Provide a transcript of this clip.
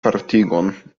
partigon